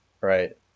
Right